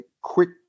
quick